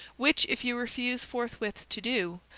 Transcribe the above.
which, if you refuse forthwith to do,